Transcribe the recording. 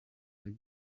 del